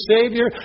Savior